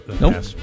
Nope